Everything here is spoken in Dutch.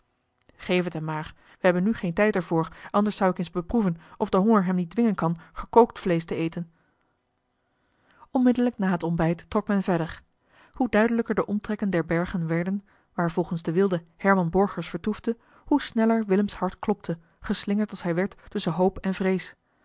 geef het hem maar we hebben nu geen tijd er voor anders zou ik eens beproeven of de honger hem niet dwingen kan gekookt vleesch te eten nmiddelijk na het ontbijt trok men verder hoe duidelijker de omtrekken der bergen werden waar volgens den wilde herman borgers vertoefde hoe sneller willems hart klopte geslingerd als hij werd tusschen hoop en vrees